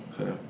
Okay